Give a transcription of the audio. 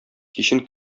кичен